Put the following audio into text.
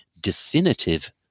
definitive